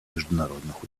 международных